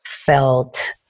felt